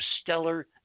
stellar